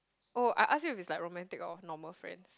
oh I ask you if it's like romantic or normal friends